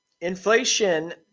inflation